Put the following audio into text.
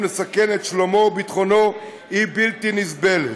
לסכן את שלומו וביטחונו היא בלתי נסבלת,